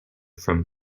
from